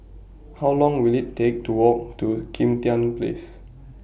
How Long Will IT Take to Walk to Kim Tian Place